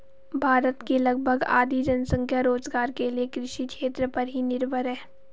भारत की लगभग आधी जनसंख्या रोज़गार के लिये कृषि क्षेत्र पर ही निर्भर है